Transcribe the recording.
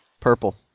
Purple